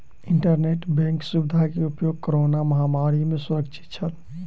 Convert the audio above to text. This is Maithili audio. इंटरनेट बैंक सुविधा के उपयोग कोरोना महामारी में सुरक्षित छल